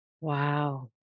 wow